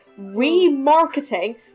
remarketing